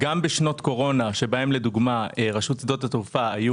גם בשנות הקורונה שבהן לרשות שדות התעופה לא היו